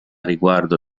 riguardo